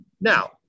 Now